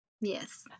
Yes